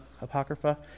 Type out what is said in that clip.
apocrypha